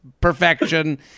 perfection